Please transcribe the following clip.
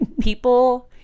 People